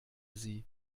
sie